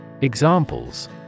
EXAMPLES